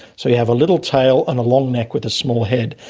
so you have a little tail and a long neck with a small head.